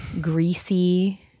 greasy